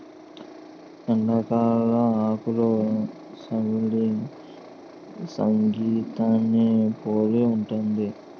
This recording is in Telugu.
ఎండాకాలంలో ఆకులు సవ్వడి సంగీతాన్ని పోలి ఉంటది